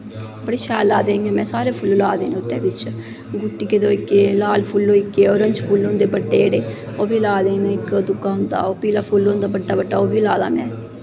बड़े शैल लाए दे इ'यां में सारे फुल्ल लाए दे बिच्च गुट्टिये दे होइये लाल फुल्ल होइयै ओरेंज फुल्ल होइयै बड्डे ओह् बी लाए दे इ'यां इक बड्डा होंदा बड्डा बड्डा ओह् बी लाए दा में